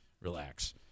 Relax